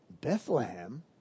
Bethlehem